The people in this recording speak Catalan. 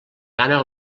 gana